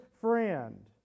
friend